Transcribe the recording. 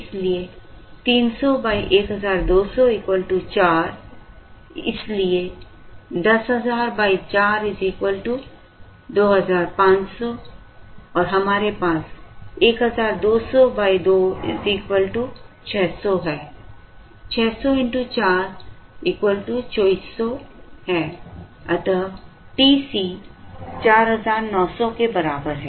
इसलिए 300 1200 4 है इसलिए 10000 4 2500 है और हमारे पास 1200 2 600 है 600 x 4 2400 है अतः TC 4900 के बराबर है